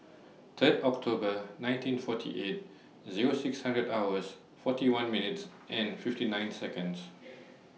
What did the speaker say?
Third October nineteen forty eight Zero six hundred hours forty one minutes and fifty nine Seconds